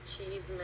achievement